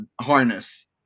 harness